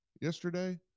yesterday